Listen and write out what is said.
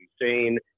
insane